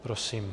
Prosím.